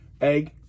egg